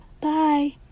bye